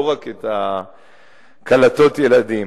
ולא רק את קלטות הילדים.